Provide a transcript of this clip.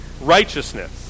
righteousness